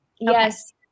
Yes